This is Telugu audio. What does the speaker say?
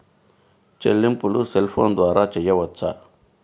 చెల్లింపులు సెల్ ఫోన్ ద్వారా చేయవచ్చా?